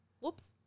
Whoops